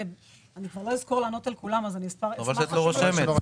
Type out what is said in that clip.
ואני לא אזכור לענות על כולן -- חבל שאת לא רושמת.